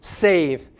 save